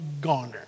goner